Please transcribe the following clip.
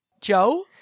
Joe